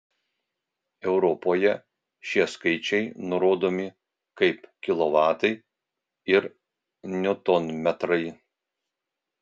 europoje šie skaičiai nurodomi kaip kilovatai ir niutonmetrai